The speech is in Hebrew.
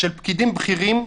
של פקידים בכירים,